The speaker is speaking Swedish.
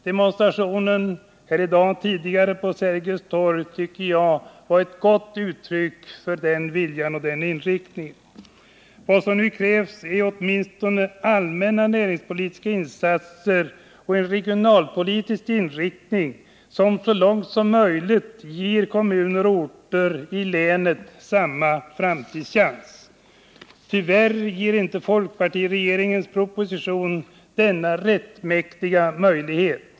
Demonstrationen tidigare i dag på Sergels torg tycker jag var ett gott uttryck för den viljan och den inriktningen. Vad som nu krävs är åtminstone allmänna näringspolitiska insatser och en regionalpolitisk inriktning som så långt som möjligt ger kommuner och orter i länet samma framtidschans. Tyvärr ger inte folkpartiregeringens proposition denna rättmätiga möjlighet.